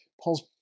Paul's